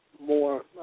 more